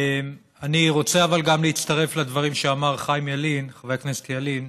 אבל אני רוצה גם להצטרף לדברים שאמר חבר הכנסת ילין,